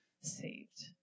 saved